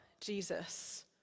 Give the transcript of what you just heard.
Jesus